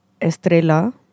Estrella